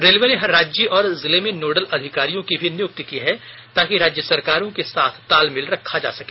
railway ने हर राज्य और जिले में नोडल अधिकारियों की भी नियुक्ति की है ताकि राज्य सरकारों के साथ तालमेल रखा जा सके